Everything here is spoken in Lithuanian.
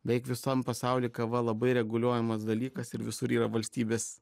beveik visam pasauly kava labai reguliuojamas dalykas ir visur yra valstybės